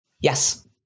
Yes